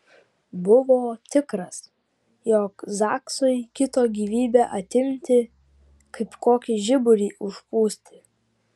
buvo tikras jog zaksui kito gyvybę atimti kaip kokį žiburį užpūsti